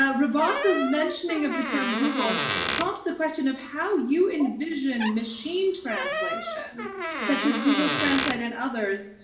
ah robassa's mentioning of the term google prompts the question of how you envision machine translation such as google translate and others,